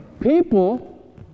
people